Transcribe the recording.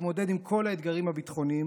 יתמודד עם כל האתגרים הביטחוניים,